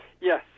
Yes